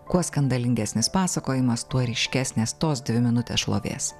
kuo skandalingesnis pasakojimas tuo ryškesnės tos dvi minutės šlovės